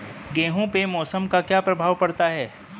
गेहूँ पे मौसम का क्या प्रभाव पड़ता है?